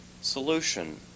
solution